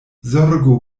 zorgu